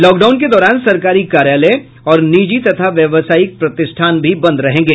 lockdown के दौरान सरकारी कार्यालय और निजी तथा व्यावसायिक प्रतिष्ठान भी बंद रहेंगे